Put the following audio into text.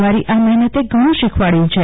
તમારી આ મહેનતે ઘણું શીખવાડ્યું છે